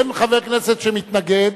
אין חבר כנסת שמתנגד,